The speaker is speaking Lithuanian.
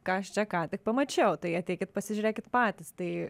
ką aš čia ką tik pamačiau tai ateikit pasižiūrėkit patys tai